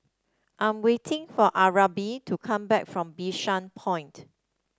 I am waiting for Arnav to come back from Bishan Point